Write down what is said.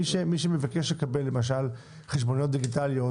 מי שמבקש לקבל למשל חשבוניות דיגיטליות,